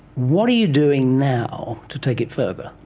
what are you doing now to take it further?